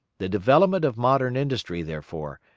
the development of modern industry, therefore,